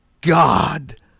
God